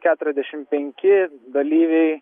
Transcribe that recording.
keturiasdešim penki dalyviai